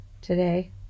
today